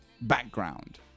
background